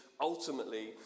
ultimately